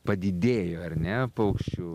padidėjo ar ne paukščių